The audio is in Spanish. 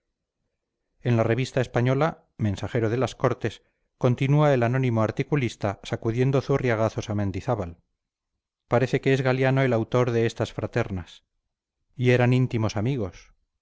en la revista española mensajero de las cortes continúa el anónimo articulista sacudiendo zurriagazos a mendizábal parece que es galiano el autor de estas fraternas y eran íntimos amigos